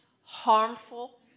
harmful